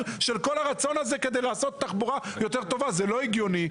של כול הרצון הזה לעשות תחבורה יותר טובה וזה לא הגיוני,